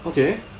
okay